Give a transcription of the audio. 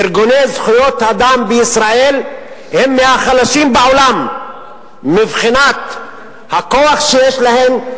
ארגוני זכויות אדם בישראל הם מהחלשים בעולם מבחינת הכוח שיש להם,